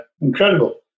incredible